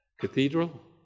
cathedral